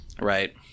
Right